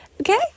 Okay